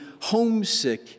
homesick